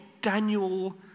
Daniel